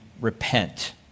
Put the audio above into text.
repent